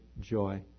joy